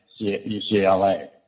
UCLA